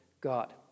God